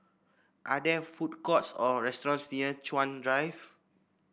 are there food courts or restaurants near Chuan Drive